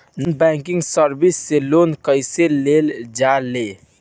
Non banking service से loan कैसे लेल जा ले?